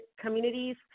communities